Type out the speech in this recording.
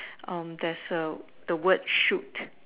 that's the white shoot